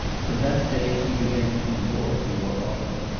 from that day he began to come more and more often,